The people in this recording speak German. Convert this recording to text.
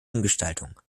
umgestaltung